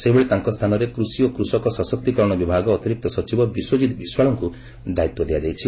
ସେହିଭଳି ତାଙ୍କ ସ୍ରାନରେ କୃଷି ଓ କୃଷକ ସଶକ୍ତିକରଣ ବିଭାଗ ଅତିରିକ୍ତ ସଚିବ ବିଶ୍ୱଜିତ୍ ବିଶ୍ୱାଳଙ୍କୁ ଦାୟିତ୍ୱ ଦିଆଯାଇଛି